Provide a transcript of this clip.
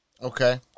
Okay